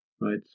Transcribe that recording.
right